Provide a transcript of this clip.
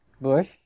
bush